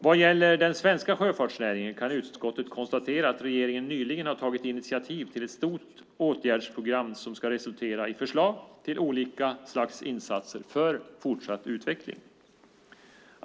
Vad gäller den svenska sjöfartsnäringen kan utskottet konstatera att regeringen nyligen har tagit initiativ till ett stort åtgärdspaket som ska resultera i förslag till olika slags insatser för fortsatt utveckling.